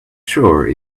sure